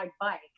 bike